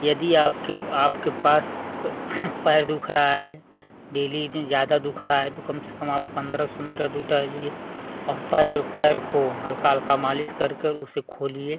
यदि आपके आपके पास पैर दुख रहा है डेली जो ज़्यादा दुख रहा है तो कम से कम आप पंद्रह सौ मीटर दूर टहलिए और पैर पैर को हल्का हल्का मालिश कर कर उसे खोलिए